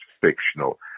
fictional